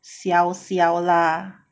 小小辣